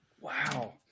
Wow